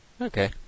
Okay